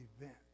event